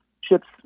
ships